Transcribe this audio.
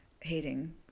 hating